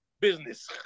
business